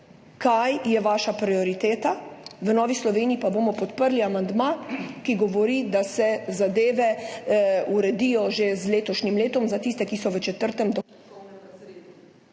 kaj je vaša prioriteta. V Novi Sloveniji pa bomo podprli amandma, ki govori, da se zadeve uredijo že z letošnjim letom za tiste, ki so v četrtem dohodkovnem